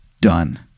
done